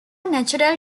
natural